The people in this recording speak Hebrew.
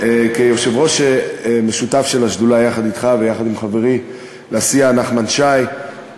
וכיושב-ראש משותף של השדולה יחד אתך ויחד עם חברי לסיעה נחמן שי,